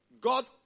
God